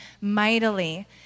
mightily